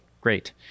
Great